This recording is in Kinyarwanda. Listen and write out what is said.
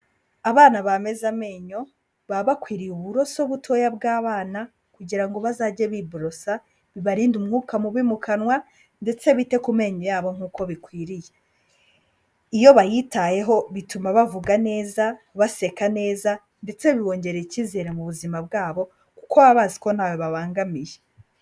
Abana bameze amenyo baba bakwiriye uburoso butoya bw'abana, kugirango bazajye biborosa, bibarinde umwuka mubi mu kanwa ndetse bite ku menyo yabo uko bikwiriye. Iyo bayitayeho bituma bavuga neza, baseka neza, ndetse bibongerera icyizere mu buzima bwabo kuko baba bazi ko ntawe babangamiye.